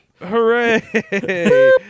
Hooray